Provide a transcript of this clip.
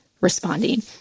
responding